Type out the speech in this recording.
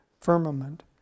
firmament